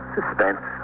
Suspense